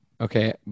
Okay